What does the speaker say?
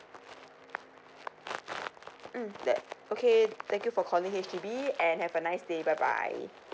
um that okay thank you for calling H_D_B and have a nice day bye bye